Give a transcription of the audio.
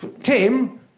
Tim